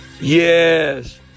Yes